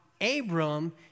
Abram